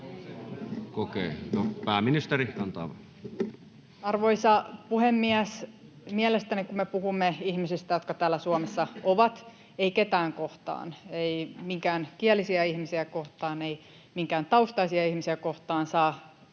Pääministeri. Arvoisa puhemies! Mielestäni, kun me puhumme ihmisistä, jotka täällä Suomessa ovat, ei ketään kohtaan, ei minkään kielisiä ihmisiä kohtaan, ei minkään taustaisia ihmisiä kohtaan saa